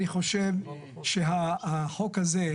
אני חושב שהחוק הזה,